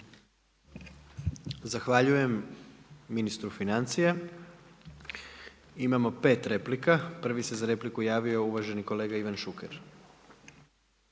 Zahvaljujem ministru financija. Imamo 5 replika. Prvi se za repliku javio uvaženi kolega Ivan Šuker.